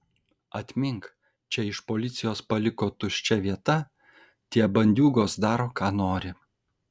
atmink čia iš policijos paliko tuščia vieta tie bandiūgos daro ką nori